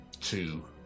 two